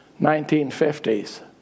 1950's